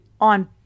on